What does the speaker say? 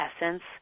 essence